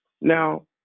now